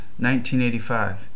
1985